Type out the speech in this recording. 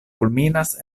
kulminas